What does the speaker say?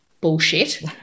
bullshit